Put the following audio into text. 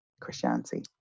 christianity